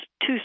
two